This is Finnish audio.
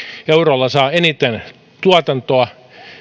eurolla saa eniten tuotantoa